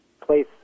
place